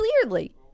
clearly